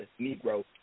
Negro